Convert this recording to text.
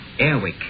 Airwick